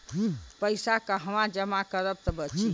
पैसा कहवा जमा करब त बची?